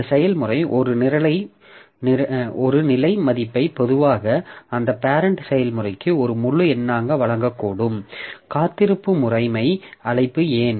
இந்த செயல்முறை ஒரு நிலை மதிப்பை பொதுவாக அதன் பேரெண்ட் செயல்முறைக்கு ஒரு முழு எண்ணாக வழங்கக்கூடும் காத்திருப்பு முறைமை அழைப்பு ஏன்